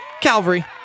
Calvary